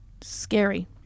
scary